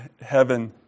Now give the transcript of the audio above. heaven